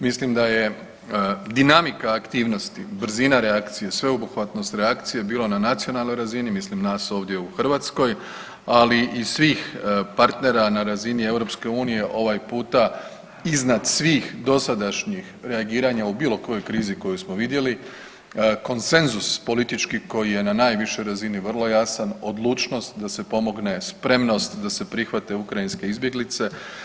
Mislim da je dinamika aktivnosti, brzina reakcije, sveobuhvatnost reakcije bilo na nacionalnoj razini, mislim nas ovdje u Hrvatskoj, ali i svih partnera na razini EU, ovaj puta iznad svih dosadašnjih reagiranja u bilo kojoj krizi koju smo vidjeli, konsenzus politički koji je na najvišoj razini vrlo jasan, odlučnost da se pomogne, spremnost da se prihvate ukrajinske izbjeglice.